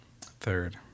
Third